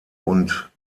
und